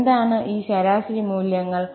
എന്താണ് ഈ ശരാശരി മൂല്യങ്ങൾ